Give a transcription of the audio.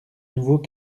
nouveaux